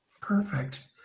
Perfect